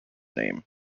name